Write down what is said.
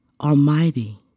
Almighty